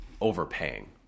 overpaying